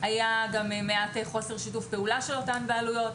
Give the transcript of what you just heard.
היה מעט חוסר שיתוף פעולה של אותן בעלויות.